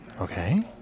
Okay